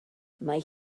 mae